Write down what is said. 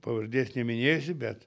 pavardės neminėsi bet